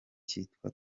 cyitwa